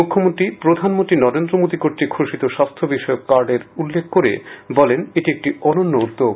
মুখ্যমন্ত্রী প্রধানমন্ত্রী নরেন্দ্র মোদী কর্তৃক ঘোষিত স্বাস্থ্য বিষয়ক কার্ডের উল্লেখ করে বলেন এটি একটি অনন্য উদ্যোগ